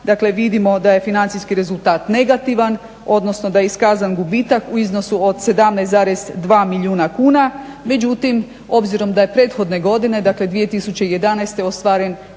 dakle vidimo da je financijski rezultat negativan odnosno da je iskazan gubitak u iznosu od 17,2 milijuna kuna. međutim obzirom da je prethodne godine 2011.godine